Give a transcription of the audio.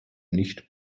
nicht